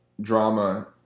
drama